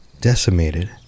decimated